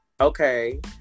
Okay